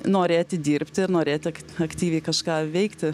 norėti dirbti norėti aktyviai kažką veikti